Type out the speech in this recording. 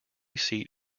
seat